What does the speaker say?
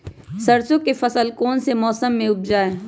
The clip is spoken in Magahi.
सरसों की फसल कौन से मौसम में उपजाए?